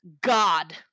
god